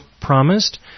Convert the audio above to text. promised